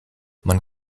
man